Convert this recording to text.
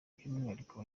by’umwihariko